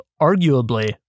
arguably